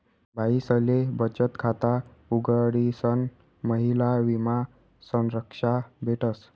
बाईसले बचत खाता उघडीसन महिला विमा संरक्षा भेटस